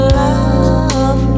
love